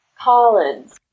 collins